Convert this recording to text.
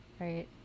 right